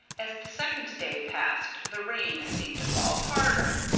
as the second day passed, the rain seemed to fall harder.